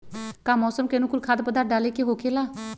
का मौसम के अनुकूल खाद्य पदार्थ डाले के होखेला?